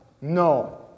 No